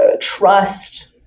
trust